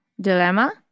dilemma